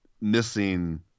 missing